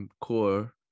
core